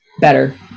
better